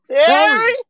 Terry